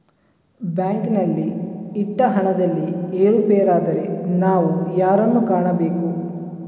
ಬ್ಯಾಂಕಿನಲ್ಲಿ ಇಟ್ಟ ಹಣದಲ್ಲಿ ಏರುಪೇರಾದರೆ ನಾವು ಯಾರನ್ನು ಕಾಣಬೇಕು?